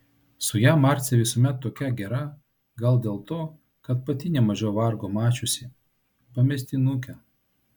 su ja marcė visuomet tokia gera gal dėl to kad pati nemažiau vargo mačiusi pamestinukė